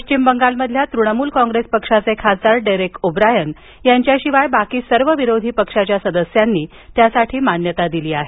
पश्चिम बंगालमधील तृणमूल कॉंग्रेस पक्षाचे खासदार डेरेक ओब्रायन यांच्याशिवाय बाकी सर्व विरोधी पक्षांच्या सदस्यांनी त्यासाठी मान्यता दिली आहे